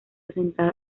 central